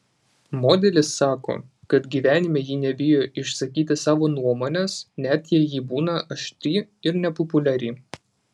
modelis sako kad gyvenime ji nebijo išsakyti savo nuomonės net jei ji būna aštri ir nepopuliari